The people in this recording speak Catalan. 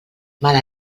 mala